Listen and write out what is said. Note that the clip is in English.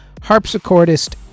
harpsichordist